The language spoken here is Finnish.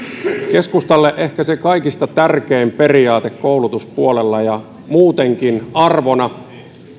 keskustalle ehkä se kaikista tärkein periaate koulutuspuolella ja muutenkin arvona